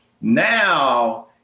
now